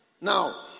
Now